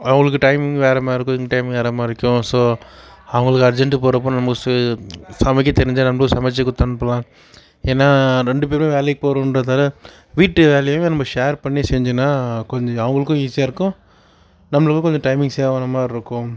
அவங்களுக்கு டைமிங் வேறு மாதிரி இருக்கும் எங்கள் டைம் வேறு மாதிரி இருக்கும் ஸோ அவங்குளுக்கு அர்ஜென்டு போகிறப்போ நம்ம ச சமைக்கத் தெரிஞ்சா நம்மளும் சமைச்சு கொடுத்து அனுப்பலாம் ஏன்னால் ரெண்டு பேருமே வேலைக்கிப் போகிறோன்றதால வீட்டு வேலையுமே நம்ம ஷேர் பண்ணி செஞ்சனால் கொஞ்சம் அவங்குளுக்கும் ஈசியாக இருக்கும் நம்மளுக்கும் கொஞ்சம் டைமிங் சேவ் ஆன மாதிரி இருக்கும்